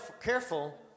careful